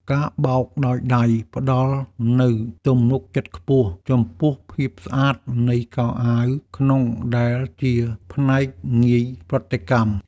ការបោកដោយដៃផ្តល់នូវទំនុកចិត្តខ្ពស់ ចំពោះភាពស្អាតនៃខោអាវក្នុងដែលជាផ្នែកងាយប្រតិកម្ម។